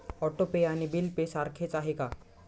Auto pay आणि bill pay सारखेच आहे का?